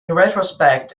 retrospect